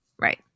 Right